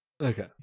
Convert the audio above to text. Okay